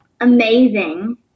amazing